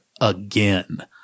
again